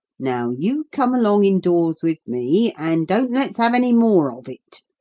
now you come along indoors with me, and don't let's have any more of it.